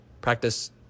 practice